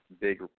big